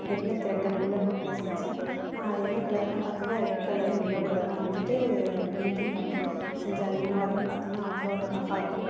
அது எப்படின்னா த்ரெட்டை உல்லன் நூலில் செஞ்சேன் அது என்ன கலர்னால் பார்த்தீங்கன்னா ரெட் கலரும் எல்லோ கலரும் வந்துட்டு மிங்கில் பண்ணி செஞ்சேன் அது இன்ன வரையும் பார்த்தீங்கன்னா அவ்வளோ ஒரு அழகா இருக்கும்